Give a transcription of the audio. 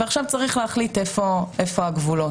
ועכשיו צריך להחליט איפה הגבולות.